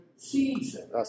Season